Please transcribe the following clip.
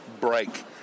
break